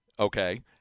Okay